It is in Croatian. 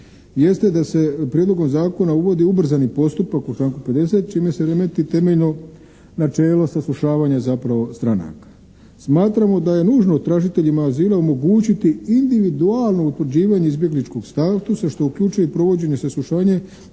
jeste da se prijedlogom zakona uvodi ubrzani postupak u članku 50. čime se remeti temeljno načelo saslušavanja zapravo stranaka. Smatramo da je nužno tražiteljima azila omogućiti individualno utvrđivanje izbjegličkog statusa što uključuje i provođenje saslušanje